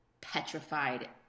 petrified